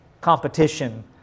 competition